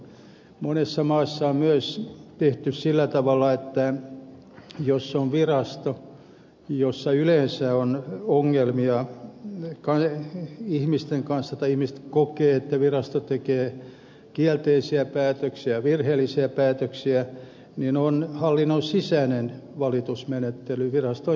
monessa maassa on myös tehty sillä tavalla että jos on virasto jossa yleensä on ongelmia ihmisten kanssa tai jossa ihmiset kokevat että virasto tekee kielteisiä päätöksiä virheellisiä päätöksiä on hallinnon sisäinen valitusmenettely viraston johdolle